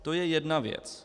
To je jedna věc.